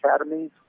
academies